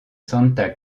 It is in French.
santa